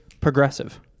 Progressive